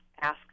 ask